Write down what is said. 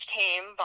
came